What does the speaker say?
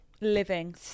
living